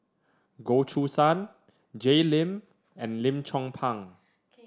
Goh Choo San Jay Lim and Lim Chong Pang